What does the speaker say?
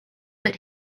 that